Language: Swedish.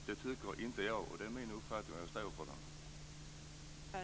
Det tycker inte jag, och det är min uppfattning, och den står jag för.